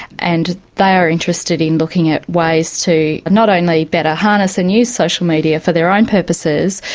and they are interested in looking at ways to not only better harness a new social media for their own purposes,